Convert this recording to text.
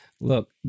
look